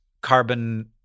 carbon